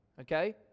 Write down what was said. Okay